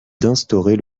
d’instaurer